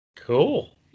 Cool